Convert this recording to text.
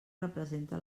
representa